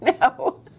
No